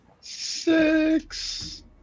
six